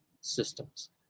systems